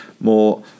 more